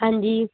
ਹਾਂਜੀ